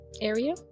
area